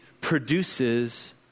produces